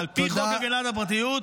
זה על פי חוק הגנת הפרטיות.